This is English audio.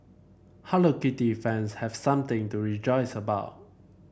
Hello Kitty fans have something to rejoice about